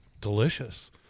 delicious